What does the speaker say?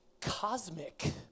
cosmic